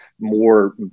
more